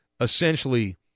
essentially